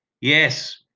Yes